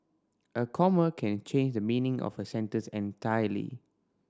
a comma can change the meaning of a sentence entirely